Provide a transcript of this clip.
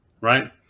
right